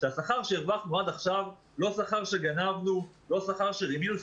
השכר שהרווחנו עד עכשיו הוא לא שכר שגנבנו וגם לא רימינו.